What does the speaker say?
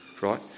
right